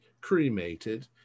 cremated